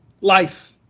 life